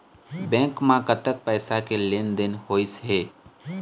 Bank म कतक पैसा के लेन देन होइस हे?